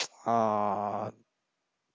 ah